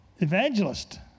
evangelist